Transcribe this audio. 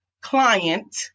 client